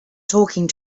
talking